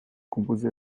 composé